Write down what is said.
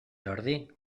jordi